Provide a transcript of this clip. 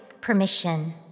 permission